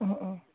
उम उम